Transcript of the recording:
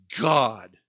God